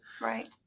Right